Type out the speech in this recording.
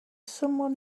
someone